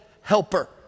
helper